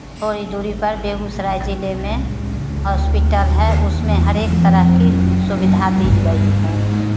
थोड़ी दूरी पर बेगूसराय जिले में हॉस्पिटल है उसमें हर एक तरह की सुविधा दी गई है